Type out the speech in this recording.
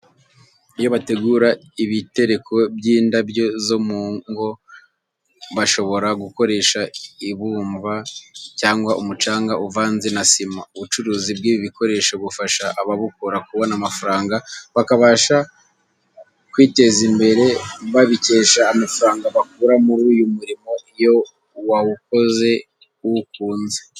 Iyo bategura ibitereko by'indabyo zo mu ngo bashobora gukoresha ibumva cyangwa umucanga uvanze na sima. Ubucuruzi bw'ibi bikoresho bufasha ababukora kubona amafaranga bakabasha bakabasha kwiteza imbere babikesha amafaranga bakura muri uyu murimo iyo wawukoze uwukunze.